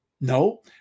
No